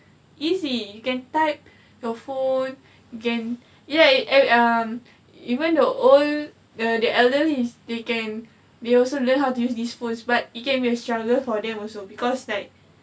easy you can type your phone you can ya it um even the old the elderly they can they also learn how to use these phones but it can be a struggle for them also because like